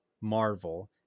Marvel